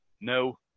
no